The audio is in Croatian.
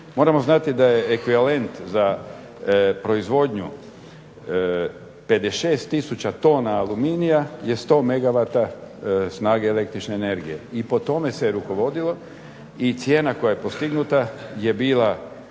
Moramo znati da je ekvivalent za proizvodnju 56 tisuća tona aluminija je 100 megawata snage električne energije. I po tome se rukovodilo i cijena koja je postignuta je bila